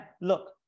Look